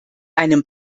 einem